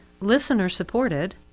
listener-supported